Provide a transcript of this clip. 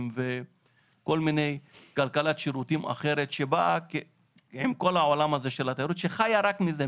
וכלכלת שירותים אחרת שחיה רק מזה,